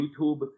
YouTube